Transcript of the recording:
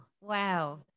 wow